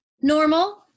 Normal